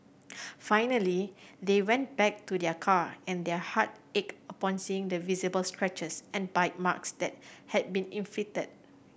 finally they went back to their car and their heart ached upon seeing the visible scratches and bite marks that had been inflicted